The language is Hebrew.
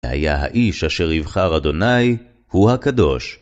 היה האיש אשר יבחר ה', הוא הקדוש.